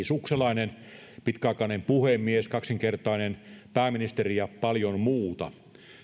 sukselainen pitkäaikainen puhemies kaksinkertainen pääministeri ja paljon muuta